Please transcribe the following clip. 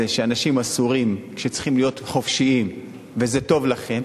שאנשים אסורים כשצריכים להיות חופשיים וזה טוב לכם,